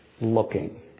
looking